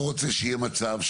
אני לא רוצה שיהיה מצב,